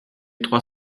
trois